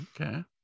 okay